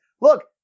look